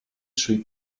sui